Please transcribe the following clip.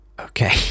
Okay